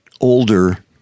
older